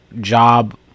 job